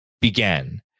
began